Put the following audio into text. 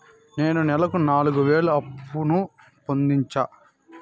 నేను నెలకు నాలుగు వేలు అప్పును పొందొచ్చా?